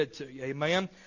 Amen